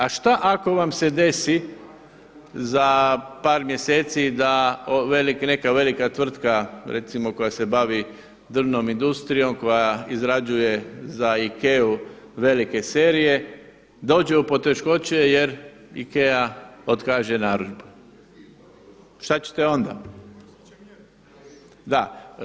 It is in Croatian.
A šta ako vam se desi za par mjeseci da neka velika tvrtka recimo koja se bavi drvnom industrijom, koja izrađuje za IKEA-u velike serije, dođe u poteškoće jer IKEA otkaže narudžbu, šta ćete onda?